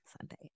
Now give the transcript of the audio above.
Sunday